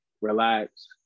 relax